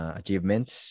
achievements